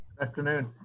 Afternoon